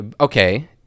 okay